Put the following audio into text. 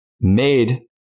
made